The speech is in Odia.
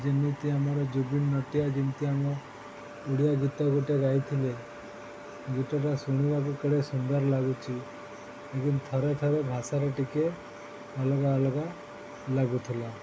ଯେମିତି ଆମର ଜୁବିିନ୍ ନଉଟିଆଲ୍ ଯେମିତି ଆମ ଓଡ଼ିଆ ଗୀତ ଗୋଟେ ଗାଇଥିଲେ ଗୀତଟା ଶୁଣିବାକୁ କେଡ଼େ ସୁନ୍ଦର ଲାଗୁଛି ଥରେ ଥରେ ଭାଷାରେ ଟିକେ ଅଲଗା ଅଲଗା ଲାଗୁଥିଲା